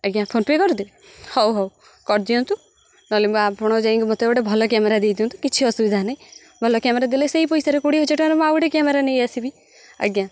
ଆଜ୍ଞା ଫୋନ୍ପେ କରିଦେ ହଉ ହଉ କରିଦିଅନ୍ତୁ ନହେଲେ ମୁଁ ଆପଣ ଯାଇକି ମୋତେ ଗୋଟେ ଭଲ କ୍ୟାମେରା ଦେଇଦଅନ୍ତୁ କିଛି ଅସୁବିଧା ନାହିଁ ଭଲ କ୍ୟାମେରା ଦେଲେ ସେଇ ପଇସାରେ କୋଡ଼ିଏ ହଜାର ଟଙ୍କାରେ ମୁଁ ଆଉ ଗୋଟେ କ୍ୟାମେରା ନେଇ ଆସିବି ଆଜ୍ଞା